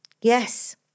Yes